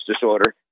disorder